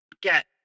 get